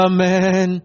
Amen